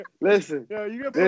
Listen